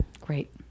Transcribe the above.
great